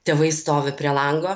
tėvai stovi prie lango